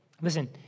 listen